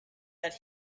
that